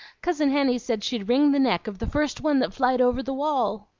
cousin henny said she'd wring the neck of the first one that flied over the wall.